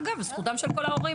אגב, זוהי זכותם של כל ההורים,